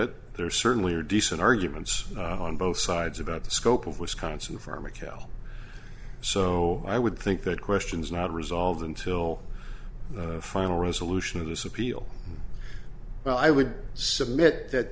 it there certainly are decent arguments on both sides about the scope of wisconsin farmer cal so i would think that question is not resolved until the final resolution of this appeal but i would submit that